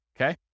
okay